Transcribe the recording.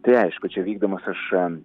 tai aišku čia vykdamas aš